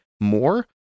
more